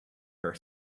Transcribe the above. her